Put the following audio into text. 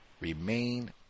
remain